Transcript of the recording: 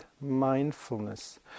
mindfulness